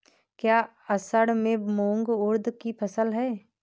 क्या असड़ में मूंग उर्द कि फसल है?